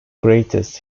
greatest